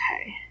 Okay